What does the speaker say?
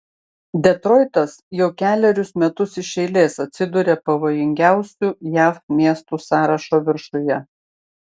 detroitas jau kelerius metus iš eilės atsiduria pavojingiausių jav miestų sąrašo viršuje